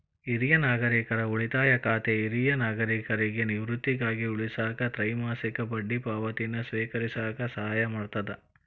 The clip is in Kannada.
ಹಿರಿಯ ನಾಗರಿಕರ ಉಳಿತಾಯ ಖಾತೆ ಹಿರಿಯ ನಾಗರಿಕರಿಗಿ ನಿವೃತ್ತಿಗಾಗಿ ಉಳಿಸಾಕ ತ್ರೈಮಾಸಿಕ ಬಡ್ಡಿ ಪಾವತಿನ ಸ್ವೇಕರಿಸಕ ಸಹಾಯ ಮಾಡ್ತದ